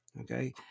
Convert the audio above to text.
okay